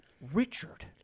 Richard